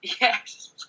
Yes